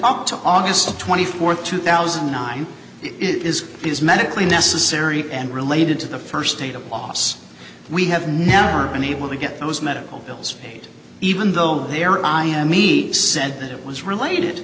up to august twenty fourth two thousand and nine it is it is medically necessary and related to the first date of loss we have never been able to get those medical bills paid even though there i am we said that it was related